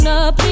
up